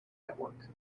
network